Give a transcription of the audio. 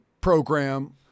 program